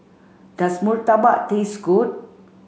does Murtabak taste good